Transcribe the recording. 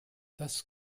das